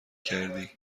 کردی